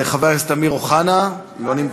חבר הכנסת אמיר אוחנה, לא נמצא.